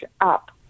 up